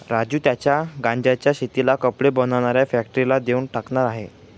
राजू त्याच्या गांज्याच्या शेतीला कपडे बनवणाऱ्या फॅक्टरीला देऊन टाकणार आहे